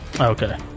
Okay